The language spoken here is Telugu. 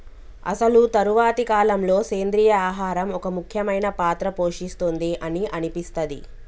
అసలు తరువాతి కాలంలో, సెంద్రీయ ఆహారం ఒక ముఖ్యమైన పాత్ర పోషిస్తుంది అని అనిపిస్తది